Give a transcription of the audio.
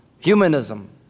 Humanism